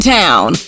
town